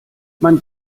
man